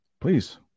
please